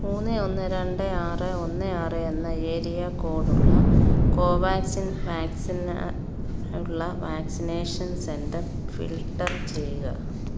മൂന്ന് ഒന്ന് രണ്ട് ആറ് ഒന്ന് ആറ് എന്ന ഏരിയ കോഡുള്ള കോവാക്സിൻ വാക്സിന് ഉള്ള വാക്സിനേഷൻ സെന്റർ ഫിൽട്ടർ ചെയ്യുക